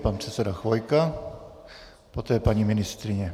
Pan předseda Chvojka, poté paní ministryně.